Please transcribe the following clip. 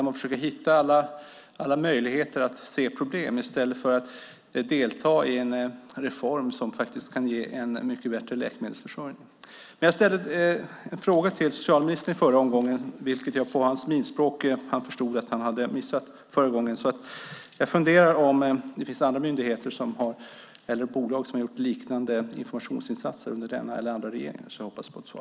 Man försöker hitta alla möjligheter att se problem i stället för att delta i en reform som kan ge en mycket bättre läkemedelsförsörjning. Jag ställde en fråga till socialministern i förra omgången. Av socialministerns minspråk att döma förstår han att han missade den. Jag funderar på om det finns andra myndigheter eller bolag som har gjort liknande informationsinsatser under denna eller andra regeringar. Jag hoppas på ett svar.